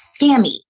scammy